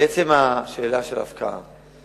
לעצם השאלה של הפקעה,